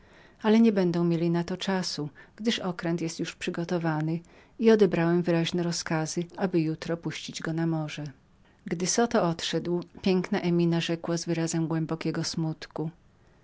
ale niebędą mieli do tego czasu gdyż okręt jest już przygotowany i odebrałem wyraźne rozkazy aby jutro puścić go na morze gdy zoto odszedł piękna emina rzekła z wyrazem głębokiego smutku